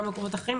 גם במקומות אחרים,